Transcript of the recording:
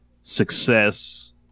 success